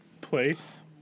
plates